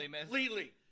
completely